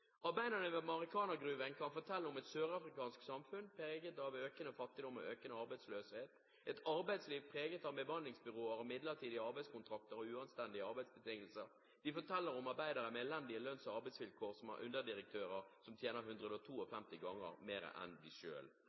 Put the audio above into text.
kan fortelle om et sørafrikansk samfunn preget av økende fattigdom og økende arbeidsløshet, et arbeidsliv preget av bemanningsbyråer, midlertidige arbeidskontrakter og uanstendige arbeidsbetingelser. De forteller om arbeidere med elendige lønns- og arbeidsvilkår, og har underdirektører som tjener 152 ganger mer enn